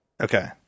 Okay